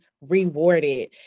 rewarded